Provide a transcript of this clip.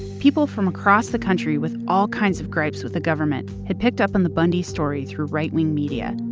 people from across the country with all kinds of gripes with the government had picked up on the bundy story through right-wing media.